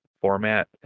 format